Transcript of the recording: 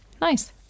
Nice